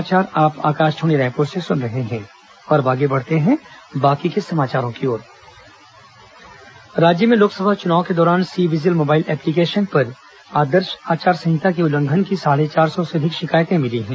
सी vigil app शिकायत राज्य में लोकसभा चुनाव के दौरान सी विजिल मोबाइल एप्लीकेशन पर आदर्श आचार संहिता के उल्लंघन की साढ़े चार सौ से अधिक शिकायतें मिली हैं